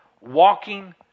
walking